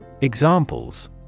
Examples